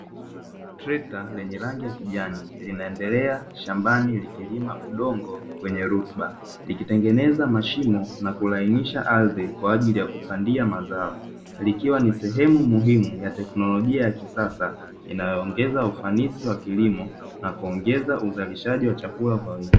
Trekta lenye rangi ya kijani, linaendelea shambani likilima udongo wenye rutuba, likitengeneza mashimo na kulainisha ardhi kwa ajili ya kupandia mazao. Likiwa ni sehemu muhimu ya tekinolojia ya kisasa inayoongeza ufanisi wa kilimo na kuongeza uzalishaji wa chakula kwa wingi.